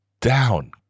down